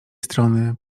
strony